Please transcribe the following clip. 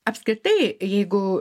apskritai jeigu